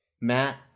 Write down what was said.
Matt